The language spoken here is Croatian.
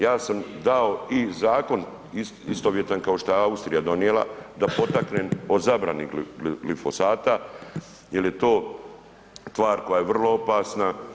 Ja sam dao i zakon istovjetan kao što je Austrija donijela da potaknem o zabrani glifosata jer je to tvar koja je vrlo opasna.